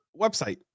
website